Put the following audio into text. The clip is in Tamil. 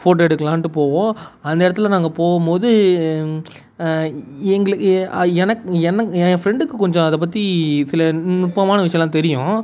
ஃபோட்டோ எடுக்கலாம்ன்ட்டு போவோம் அந்த இடத்துல நாங்கள் போகும் போது எங்கள் எனக்கு எனக்கு என் ஃப்ரெண்டுக்கு கொஞ்சம் அதை பற்றி சில நுட்பமான விஷயம்லாம் தெரியும்